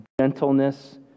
gentleness